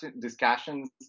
discussions